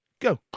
go